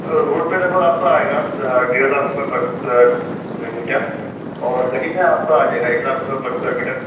road پہ لگ بھگ آپ کا آئے گا ڈیڑھ لاکھ روپے پر اسکوائر میٹر اور گلی میں آپ کا آ جائے گا ایک لاکھ روپے پر اسکوائر میٹر